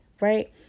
right